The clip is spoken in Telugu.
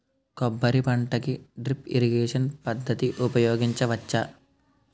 కొబ్బరి పంట కి డ్రిప్ ఇరిగేషన్ పద్ధతి ఉపయగించవచ్చా?